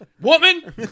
Woman